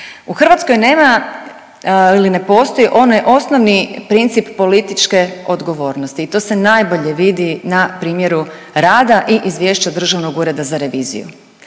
U Hrvatskoj nema ili ne postoji onaj osnovni princip političke odgovornosti i to se najbolje vidi na primjeru rada i izvješća Državnog ureda za reviziju.